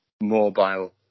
mobile